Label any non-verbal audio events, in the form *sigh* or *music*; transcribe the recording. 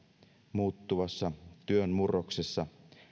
muuttuvassa työn murroksessa *unintelligible*